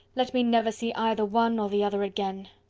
let me never see either one or the other again!